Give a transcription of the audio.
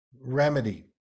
remedy